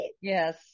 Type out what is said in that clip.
yes